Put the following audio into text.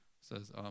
says